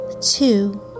two